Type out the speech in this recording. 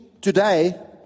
today